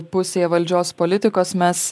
pusėje valdžios politikos mes